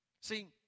See